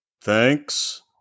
Thanks